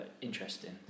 interesting